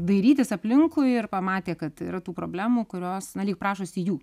dairytis aplinkui ir pamatė kad yra tų problemų kurios na lyg prašosi jų